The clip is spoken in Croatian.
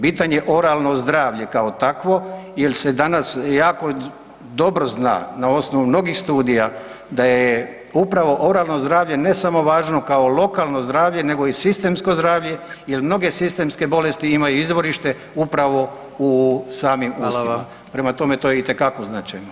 Bitno je oralno zdravlje kao takvo jer se danas jako dobro zna, na osnovu mnogih studija da je upravo oralno zdravlje ne samo važno kao lokalno zdravlje nego i sistemsko zdravlje jer mnoge sistemske bolesti imaju izvorište upravo u samim ustima [[Upadica predsjednik: Hvala vam.]] Prema tome, to je itekako značajno.